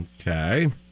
Okay